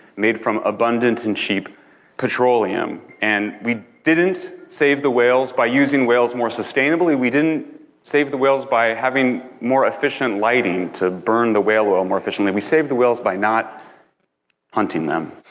made from abundant and cheap petroleum, and, we didn't save the whales by using whales more sustainably, we didn't save the whales by having more efficient lighting to burn the whale oil more efficiently. we saved the whales by not hunting them.